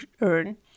earn